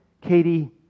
Katie